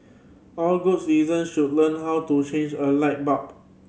all good citizen should learn how to change a light bulb